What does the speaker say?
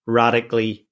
radically